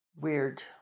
weird